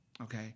Okay